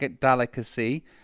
delicacy